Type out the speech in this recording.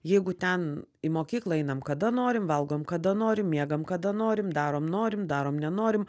jeigu ten į mokyklą einam kada norim valgom kada norim miegam kada norim darom norim darom nenorim